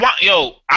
Yo